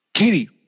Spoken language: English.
Katie